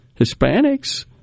Hispanics